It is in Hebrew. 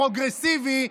פרוגרסיבי,